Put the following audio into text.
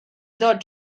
ddod